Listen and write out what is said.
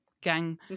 gang